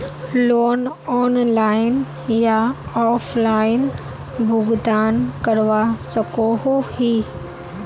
Loan online या offline भुगतान करवा सकोहो ही?